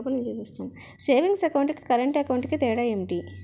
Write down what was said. Savings account కి current account కి తేడా ఏమిటి?